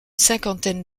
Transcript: cinquantaine